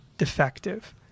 Defective